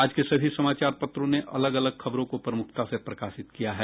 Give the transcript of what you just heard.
आज के सभी समाचार पत्रों ने अलग अलग खबरों को प्रमुखता से प्रकाशित किया है